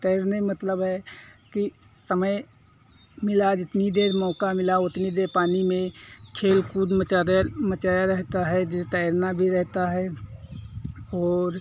तैरने मतलब कि समय मिला जितनी देर मौका मिला ओतनी देर पानी में खेल कूद मचाबा मचाया रहता है जो तैरना भी रहता है और